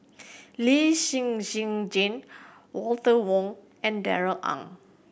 Lee Shen Shen Jane Walter Woon and Darrell Ang